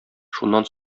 шуннан